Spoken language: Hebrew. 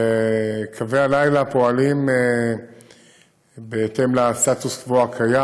קווי הלילה פועלים בהתאם לסטטוס קוו הקיים.